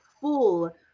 full